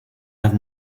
have